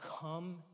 come